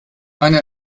eine